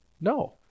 No